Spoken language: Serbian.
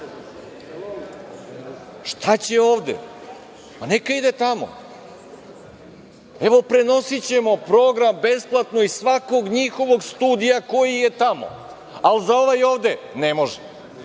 Šta će ovde? Neka ide tamo. Evo prenosićemo program besplatno iz svakog njihovog studija koji nije tamo, ali za ovaj ovde ne može.